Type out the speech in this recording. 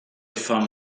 femmes